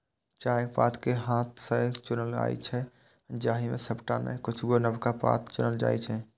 चायक पात कें हाथ सं चुनल जाइ छै, जाहि मे सबटा नै किछुए नवका पात चुनल जाइ छै